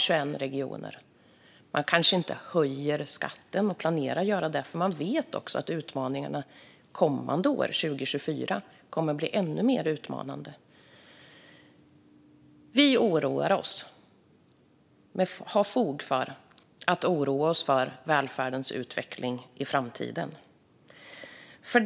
De kanske inte höjer skatten eller planerar att göra det därför att de vet att utmaningarna under det kommande året 2024 blir ännu större. Vi oroar oss, och har fog för att oroa oss, för välfärdens utveckling i framtiden.